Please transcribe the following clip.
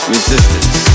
Resistance